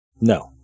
No